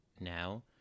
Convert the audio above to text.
now